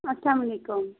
اسلامُ علیکُم